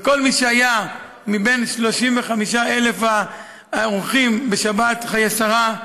וכל מי שהיה מ-35,000 האורחים בשבת חיי שרה,